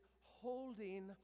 holding